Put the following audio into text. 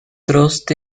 trust